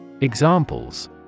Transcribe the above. Examples